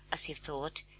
as he thought,